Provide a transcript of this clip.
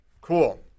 Cool